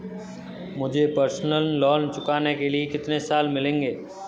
मुझे personal loan चुकाने के लिए कितने साल मिलेंगे?